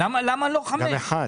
למה לא חמש?